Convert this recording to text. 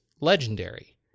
legendary